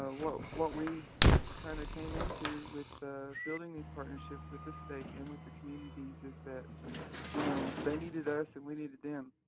ah what what we kind of came into with building these partnerships with the state and with the communities is that you know they need us and we needed them.